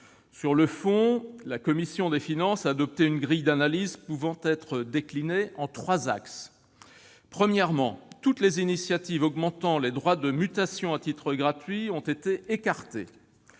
Sur le fond, la commission des finances a adopté une « grille d'analyse » pouvant être déclinée en trois axes. Premièrement, toutes les initiatives augmentant les droits de mutation à titre gratuit ont été écartées.